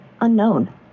unknown